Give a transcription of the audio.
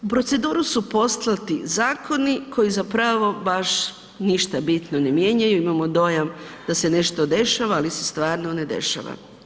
U proceduru su poslati zakoni koji zapravo baš ništa bitno ne mijenjaju, imamo dojam da se nešto dešava, ali se stvarno ne dešava.